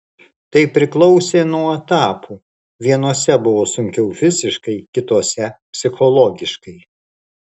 tai priklausė nuo etapų vienuose buvo sunkiau fiziškai kituose psichologiškai